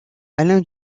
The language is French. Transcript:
alain